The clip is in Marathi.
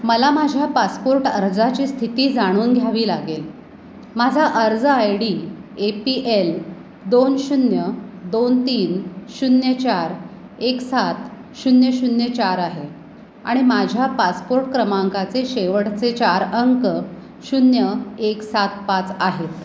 मला माझ्या पासपोर्ट अर्जाची स्थिती जाणून घ्यावी लागेल माझा अर्ज I D A P L दोन शून्य दोन तीन शून्य चार एक सात शून्य शून्य चार आहे आणि माझ्या पासपोर्ट क्रमांकाचे शेवटचे चार अंक शून्य एक सात पाच आहेत